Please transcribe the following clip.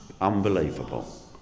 unbelievable